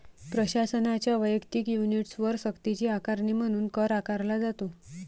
प्रशासनाच्या वैयक्तिक युनिट्सवर सक्तीची आकारणी म्हणून कर आकारला जातो